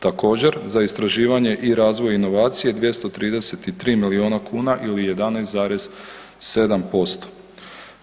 Također za istraživanje i razvoj inovacije 233 milijuna kuna ili 11,7%